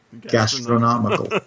gastronomical